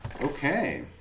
Okay